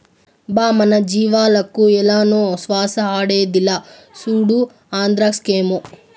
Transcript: బా మన జీవాలకు ఏలనో శ్వాస ఆడేదిలా, సూడు ఆంద్రాక్సేమో